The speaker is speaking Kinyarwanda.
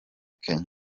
kenya